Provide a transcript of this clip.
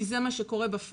כי זה מה שקורה בפועל,